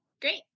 Great